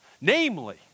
namely